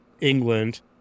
England